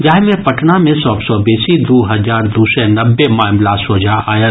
जाहि मे पटना मे सभ सँ बेसी दू हजार दू सय नब्बे मामिला सोझा आयल